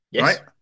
right